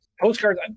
postcards